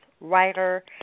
writer